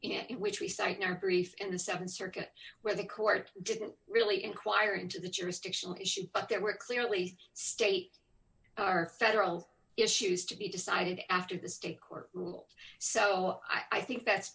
in which we nd our brief and the seven circuit where the court didn't really inquire into the jurisdictional issues but there were clearly state or federal issues to be decided after the state court rules so i think that's